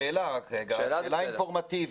שאלה אינפורמטיבית.